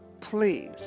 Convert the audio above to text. please